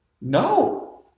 No